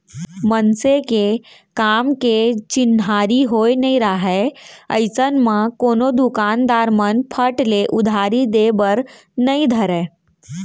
मनसे के काम के चिन्हारी होय नइ राहय अइसन म कोनो दुकानदार मन फट ले उधारी देय बर नइ धरय